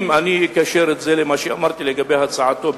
אם אני אקשר את זה למה שאמרתי לגבי הצעתו,